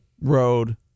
road